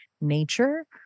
nature